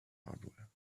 hardware